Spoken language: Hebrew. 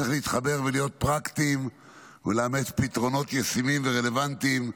צריך להתחבר ולהיות פרקטיים ולאמץ פתרונות ישימים ורלוונטיים,